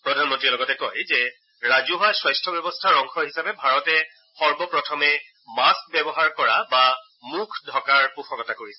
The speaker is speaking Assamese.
প্ৰধানমন্ত্ৰীয়ে কয় যে ৰাজহুৱা স্বাস্থ্য ব্যৱস্থাৰ অংশ হিচাপে ভাৰতে সৰ্বপ্ৰথমে মাস্ক ব্যৱহাৰ কৰা বা মৃখ ঢ়কাৰ পোষকতা কৰিছিল